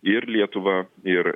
ir lietuvą ir